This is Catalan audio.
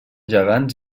gegants